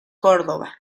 córdoba